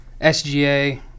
SGA